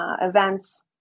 Events